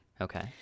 okay